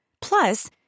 Plus